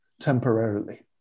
temporarily